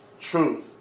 truth